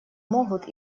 могут